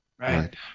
Right